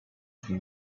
from